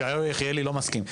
ישעיהו יחיאלי לא מסכים.